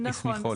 נכון.